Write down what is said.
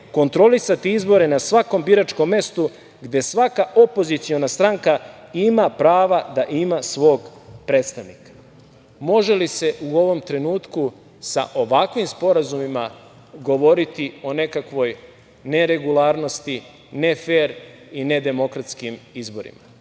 kontrolisati izbore na svakom biračkom mestu, gde svaka opoziciona stranka ima prava da ima svog predstavnika. Može li se u ovom trenutku sa ovakvim sporazumima govoriti o nekakvoj neregularnosti, nefer i nedemokratskim izborima? Još